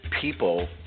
people